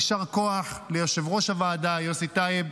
יישר כוח ליושב-ראש הוועדה יוסי טייב,